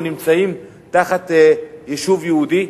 או נמצאים תחת יישוב יהודי,